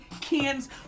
cans